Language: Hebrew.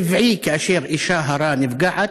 טבעי שכאשר אישה הרה נפגעת,